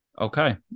okay